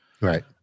right